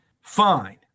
Fine